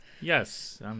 Yes